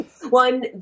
One